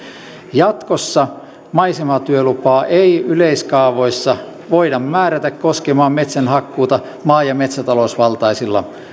jatkossa maisematyölupaa ei yleiskaavoissa voida määrätä koskemaan metsänhakkuuta maa ja metsätalousvaltaisilla